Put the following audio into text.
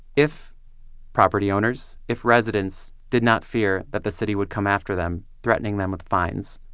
if property owners, if residents, did not fear that the city would come after them, threatening them with fines,